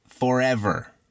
forever